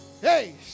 Hey